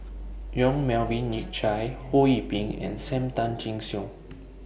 Yong Melvin Yik Chye Ho Yee Ping and SAM Tan Chin Siong